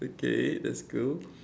okay that's cool